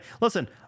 listen